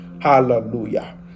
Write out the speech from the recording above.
Hallelujah